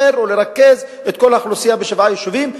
ולרכז את כל האוכלוסייה בשבעה יישובים.